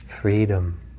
freedom